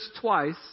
twice